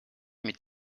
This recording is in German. mit